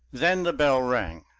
then the bell rang.